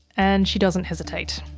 and she doesn't hesitate.